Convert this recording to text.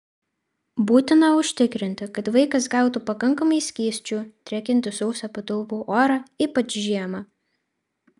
būtina užtikrinti kad vaikas gautų pakankamai skysčių drėkinti sausą patalpų orą ypač žiemą